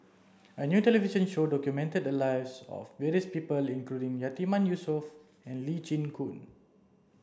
a new television show documented the lives of various people including Yatiman Yusof and Lee Chin Koon